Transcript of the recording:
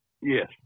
Yes